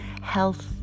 health